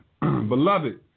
Beloved